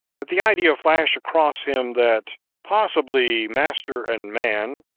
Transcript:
that the idea flashed across him, that possibly master and man,